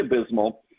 abysmal